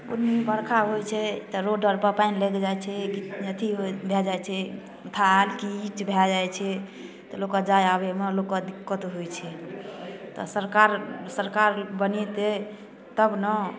बुन्नी बरखा होइ छै तऽ रोड आओरपर पानि लागि जाए छै अथी भऽ जाए छै थाल किच भऽ जाए छै तऽ लोकके जाइ आबैमे लोकके दिक्कत होइ छै तऽ सरकार सरकार बनेतै तब ने